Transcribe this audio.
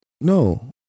No